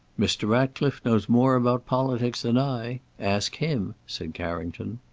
mr. ratcliffe knows more about politics than i. ask him, said carrington.